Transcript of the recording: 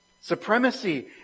Supremacy